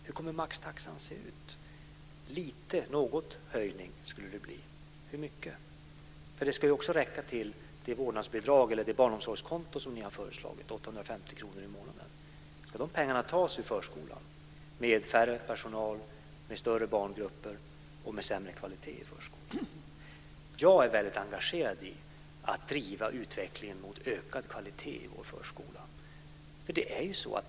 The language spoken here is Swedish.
Hur kommer maxtaxan att se ut? Det talades om en liten höjning, men med hur mycket? Ska dessa pengar tas från förskolan med mindre personal, större barngrupper och sämre kvalitet som följd? Pengarna ska ju också räcka till det vårdnadsbidrag eller det barnomsorgskonto som ni har föreslagit, vilket kostar 850 kr i månaden per barn. Jag är väldigt engagerad i att driva utvecklingen mot en ökad kvalitet i förskolan.